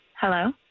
Hello